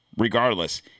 Regardless